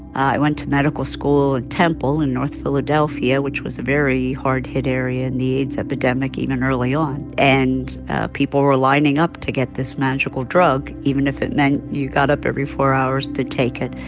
i went to medical school at temple in north philadelphia, which was a very hard-hit area epidemic, even early on. and people were lining up to get this magical drug. even if it meant you got up every four hours to take it,